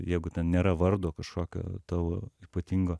jeigu ten nėra vardo kažkokio tavo ypatingo